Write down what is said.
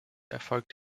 erfolgt